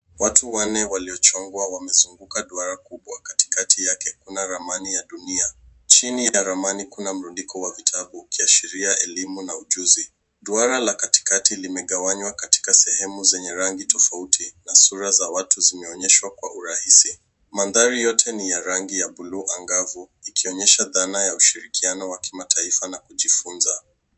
Watu wanne waliochongwa wamezunguka duara kubwa. Katikati yake kuna ramani ya dunia. Chini ya ramani kuna mrundiko wa vitabu ikiashiria elimu na ujuzi. Duara la katikati limegawanywa katika sehemu zenye rangi tofauti, na sura za watu zimeonyeshwa kwa urahisi. Mandhari yote ni ya rangi ya bluu angavu, ikionyesha dhana ya ushirikiano wa kimataifa na kujifunza.